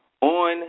on